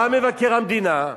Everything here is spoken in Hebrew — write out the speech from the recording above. בא מבקר המדינה,